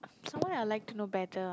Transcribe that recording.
someone I like to know better ah